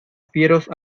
fieros